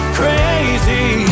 crazy